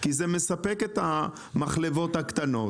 כי זה מספק את המחלבות הקטנות.